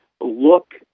look